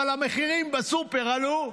אבל המחירים בסופר עלו,